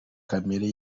kamere